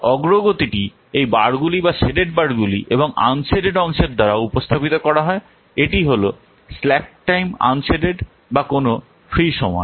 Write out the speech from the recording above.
অগ্রগতিটি এই বারগুলি বা শেডেড বারগুলি এবং আনশেডেড অংশের দ্বারা উপস্থাপিত করা হয় এটি হল স্ল্যাক টাইম আনশেডেড বা কোন ফ্রী সময়